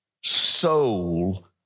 soul